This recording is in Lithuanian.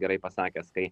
gerai pasakęs kai